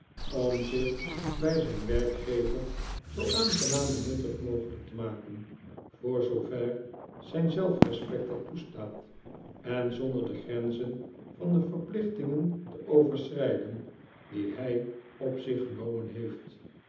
om zich bij zijn werkgever zoo aangenaam en nuttig mogelijk te maken voor zoover zijn zelfrespect dat toestaat en zonder de grenzen van de verplichtingen te overschrijden die hij op zich genomen heeft